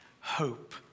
hope